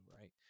right